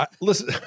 Listen